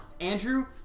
Andrew